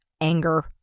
anger